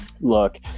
look